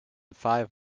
five